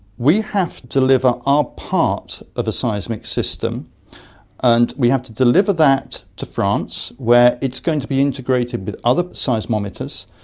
we have to deliver ah our part of a seismic system and we have to deliver that to france where it's going to be integrated with other seismometers.